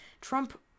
Trump